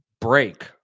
break